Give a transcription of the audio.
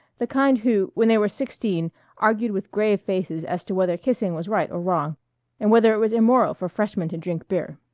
the kind who when they were sixteen argued with grave faces as to whether kissing was right or wrong and whether it was immoral for freshmen to drink beer.